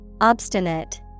Obstinate